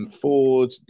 Ford